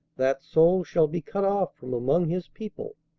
that soul shall be cut off from among his people.